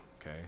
okay